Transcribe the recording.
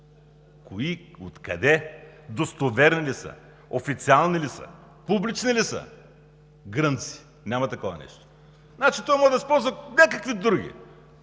Кои, откъде, достоверни ли са, официални ли са, публични ли са? Грънци! Няма такова нещо! Значи той може да използва някакви други,